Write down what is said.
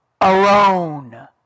alone